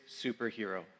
superhero